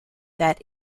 that